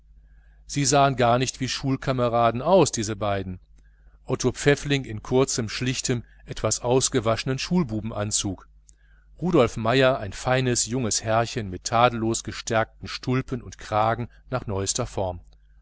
sie sahen gar nicht wie schulkameraden aus diese beiden otto in kurzem schlichtem etwas ausgewaschenem schulbubenanzug rudolf meier ein feines junges herrchen mit tadellos gestärkten manschetten und kragen nach neuester